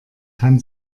kann